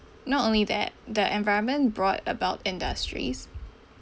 not only that the environment brought about industries